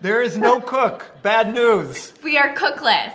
there is no cook bad news we are cook-less